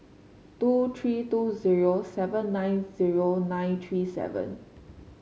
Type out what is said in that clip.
two three two zero seven nine zero nine three seven